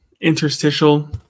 interstitial